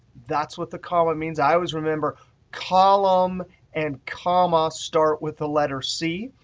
that's what the column means. i always, remember column and comma start with the letter c.